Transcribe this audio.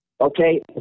okay